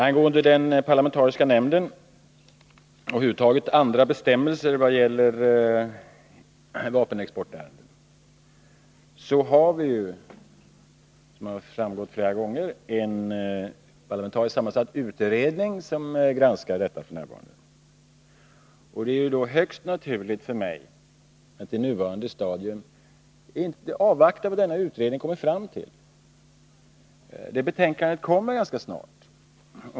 Angående den parlamentariska nämnden — och över huvud taget andra bestämmelser som gäller vapenexportärenden — har vi, som har framgått flera gånger, en parlamentariskt sammansatt utredning som granskar detta f. n. Det är därför högst naturligt för mig att på nuvarande stadium avvakta vad denna utredning kommer fram till. Betänkandet kommer ganska snart.